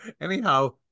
Anyhow